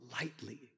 lightly